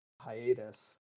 hiatus